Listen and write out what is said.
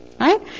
Right